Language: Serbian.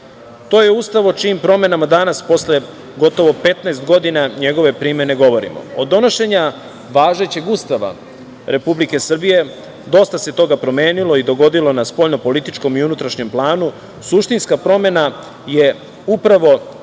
To je Ustav o čijim promenama danas, posle gotovo 15 godina njegove primene, govorimo. Od donošenja važećeg Ustava Republike Srbije dosta se toga promenilo i dogodilo na spoljnopolitičkom i unutrašnjem planu. Suštinska promena je upravo